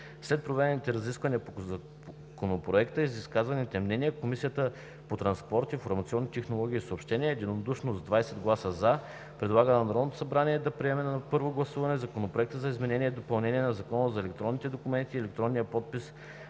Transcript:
След проведените разисквания по Законопроекта и изказаните мнения, Комисията по транспорт, информационни технологии и съобщения, единодушно с 20 гласа „за“ предлага на Народното събрание да приеме на първо гласуване Законопроект за изменение и допълнение на Закона за електронния документ и електронния подпис,